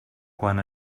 quan